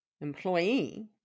employee